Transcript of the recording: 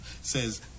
Says